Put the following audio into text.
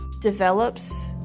develops